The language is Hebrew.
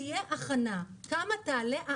תהיה הכנה, כמה תעלה תחנה.